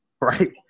right